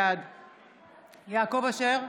בעד יעקב אשר,